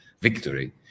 victory